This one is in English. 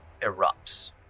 erupts